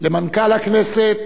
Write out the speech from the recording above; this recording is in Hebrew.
למנכ"ל הכנסת